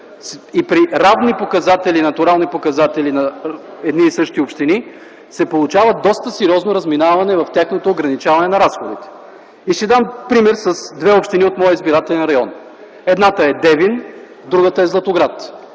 и при равни, натурални показатели на едни и същи общини, се получава доста сериозно разминаване в тяхното ограничаване на разходите. Ще дам пример с две общини от моя избирателен район – едната е Девин, другата е Златоград.